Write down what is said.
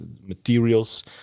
materials